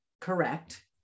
correct